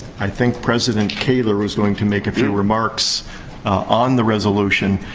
i think president kaler was going to make a few remarks on the resolution.